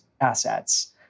assets